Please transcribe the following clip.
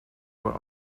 were